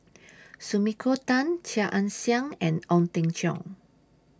Sumiko Tan Chia Ann Siang and Ong Teng Cheong